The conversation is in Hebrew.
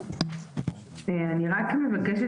אני רק מבקשת,